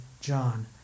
John